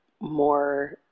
more